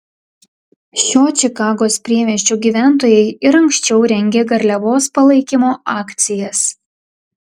šio čikagos priemiesčio gyventojai ir anksčiau rengė garliavos palaikymo akcijas